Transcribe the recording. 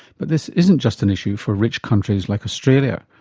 but this isn't just an issue for rich countries like australia.